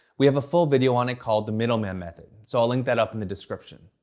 we have a full video on it called the middleman method, so i'll link that up in the description.